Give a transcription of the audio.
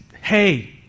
hey